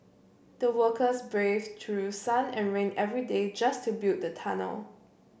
the workers braved through sun and rain every day just to build the tunnel